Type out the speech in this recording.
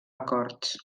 acords